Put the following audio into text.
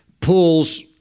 pulls